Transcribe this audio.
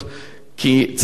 חלק מהארגונים,